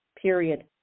period